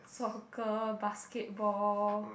soccer basketball